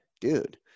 dude